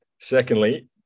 secondly